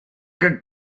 can